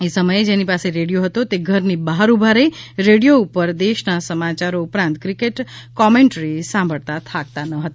એ સમયે જેની પાસે રેડિયો હોથ તે ઘરની બહાર ઉભા રહી રેડિયો પર દેશના સમાચારો ઉપરાંત ક્રિકેટ કોમેન્ટ્રી સાંભળતા થાકતા ન હતા